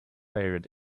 period